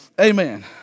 amen